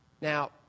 Now